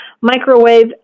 Microwave